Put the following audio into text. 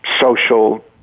social